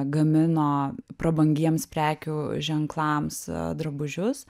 gamino prabangiems prekių ženklams drabužius